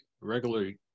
regularly